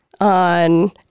on